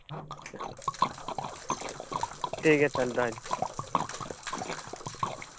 ᱴᱷᱤᱠᱜᱮᱭᱟ ᱛᱟᱦᱞᱮ ᱫᱚᱦᱚᱭ ᱫᱤᱧ